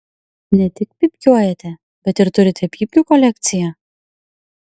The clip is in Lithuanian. ne tik pypkiuojate bet ir turite pypkių kolekciją